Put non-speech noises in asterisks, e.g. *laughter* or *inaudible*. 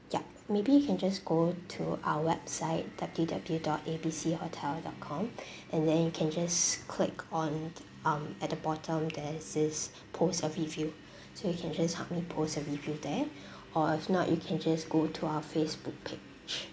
ya maybe you can just go to our website W W dot A B C hotel dot com *breath* and then you can just click on t~ um at the bottom there it says post a review so you can just help me post a review there or if not you can just go to our Facebook page